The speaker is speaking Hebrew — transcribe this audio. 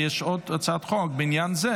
ויש עוד הצעת חוק בעניין,